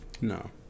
No